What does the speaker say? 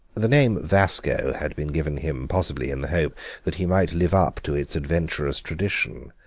the name vasco had been given him possibly in the hope that he might live up to its adventurous tradition,